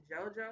JoJo